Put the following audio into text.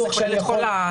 זה כולל את כל הסוגים.